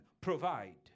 provide